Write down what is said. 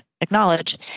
acknowledge